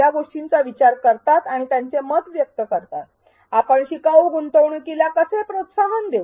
या गोष्टींचा विचार करतात आणि त्यांचे मत व्यक्त करतात आपण शिकाऊ गुंतवणूकीला कसे प्रोत्साहन देऊ